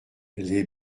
les